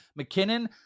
McKinnon